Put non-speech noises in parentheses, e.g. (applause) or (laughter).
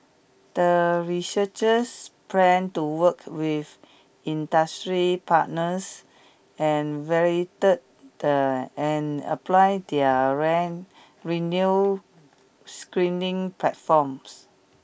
the researchers plan to work with industry partners and validate the (unintelligible) apply their (unintelligible) renew screening platforms